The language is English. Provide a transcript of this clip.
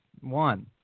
one